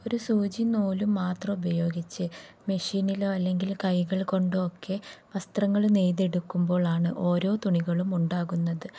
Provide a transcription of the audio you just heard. ഒരു സൂചിയും നൂലും മാത്രം ഉപയോഗിച്ച് മെഷീനിലോ അല്ലെങ്കിൽ കൈകൾ കൊണ്ടൊ ഒക്കെ വസ്ത്രങ്ങള് നെയ്തെടുക്കുമ്പോഴാണ് ഓരോ തുണികളും ഉണ്ടാകുന്നത്